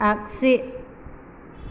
आगसि